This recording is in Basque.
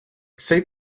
sei